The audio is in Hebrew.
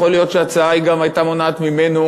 יכול להיות שההצעה גם הייתה מונעת ממנו,